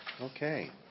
Okay